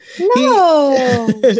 No